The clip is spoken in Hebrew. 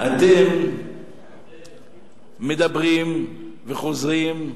אתם מדברים וחוזרים,